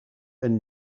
een